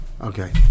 Okay